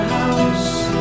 house